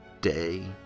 ...day